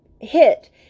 hit